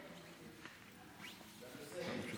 סעיף